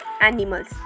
animals